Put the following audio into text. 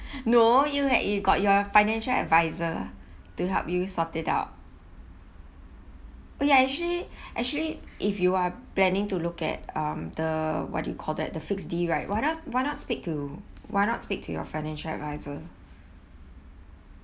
no you uh you got your financial advisor to help you sort it out oh ya actually actually if you are planning to look at um the what do you call that the fixed D right why not why not speak to why not speak to your financial advisor